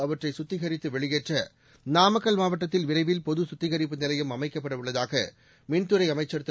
அவற்றை சுத்திகரித்து வெளியேற்ற நாமக்கல் மாவட்டத்தில் விரைவில் பொது குத்திகரிப்பு நிலையம் அமைக்கப்படவுள்ளதாக மின்துறை அமைச்சர் திரு